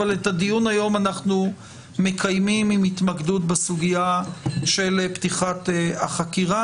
אבל את הדיון היום אנחנו מקיימים עם התמקדות בסוגיה של פתיחת החקירה.